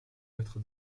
mettre